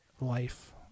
life